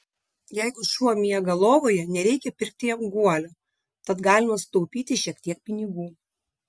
jeigu šuo miega lovoje nereikia pirkti jam guolio tad galima sutaupyti šiek tiek pinigų